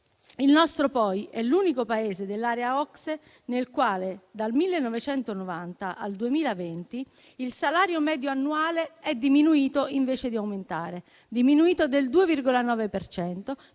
Il nostro poi è l'unico Paese dell'area OCSE nel quale, dal 1990 al 2020, il salario medio annuale è diminuito invece di aumentare: è infatti diminuito del 2,9